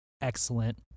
excellent